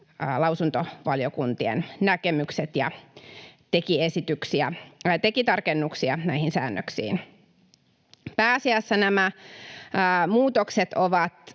lausuntovaliokuntien näkemykset ja teki tarkennuksia näihin säännöksiin. Pääasiassa nämä muutokset ovat